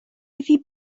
iddi